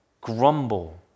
Grumble